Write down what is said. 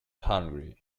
hungry